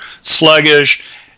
sluggish